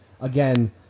Again